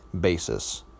basis